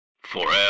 Forever